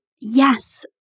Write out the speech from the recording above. yes